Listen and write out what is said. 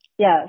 Yes